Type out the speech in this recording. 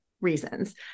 reasons